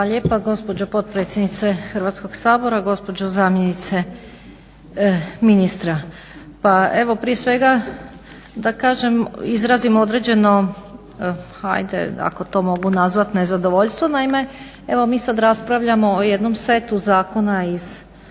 lijepa gospođo potpredsjednice Hrvatskog sabora, gospođo zamjenice ministra. Pa evo prije svega da kažem, izrazim određeno ajde ako to mogu nazvati nezadovoljstvo, naime evo mi sad raspravljamo o jednom setu zakona iz područja